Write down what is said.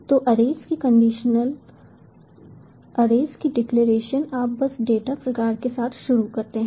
तो अरेज की डिक्लेरेशन आप बस डेटा प्रकार के साथ शुरू करते हैं